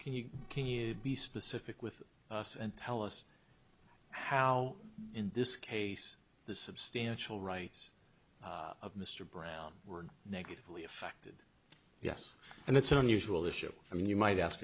can you can you be specific with us and tell us how in this case the substantial rights of mr brown were negatively affected yes and that's an unusual issue i mean you might ask